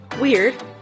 Weird